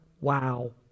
wow